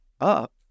up